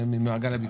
ממעגל הביקוש.